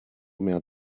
mehr